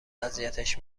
اذیتش